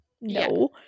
no